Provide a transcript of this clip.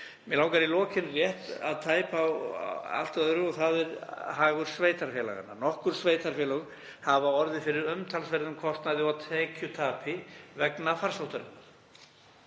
Mig langar í lokin rétt að tæpa á allt öðru og það er hagur sveitarfélaganna. Nokkur sveitarfélög hafa orðið fyrir umtalsverðum kostnaði og tekjutapi vegna farsóttarinnar,